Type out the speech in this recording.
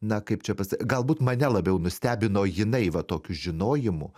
na kaip čia pasa galbūt mane labiau nustebino jinai va tokiu žinojimu